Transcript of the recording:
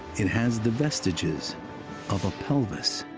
it has the vestiges of a pelvis.